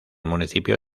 municipio